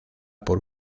por